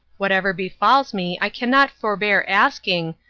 whatever befalls me i cannot forbear asking,